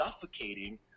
suffocating